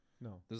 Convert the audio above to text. No